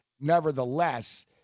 nevertheless